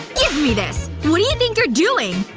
give me this. what do you think you're doing?